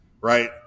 Right